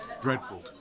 dreadful